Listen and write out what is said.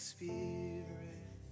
Spirit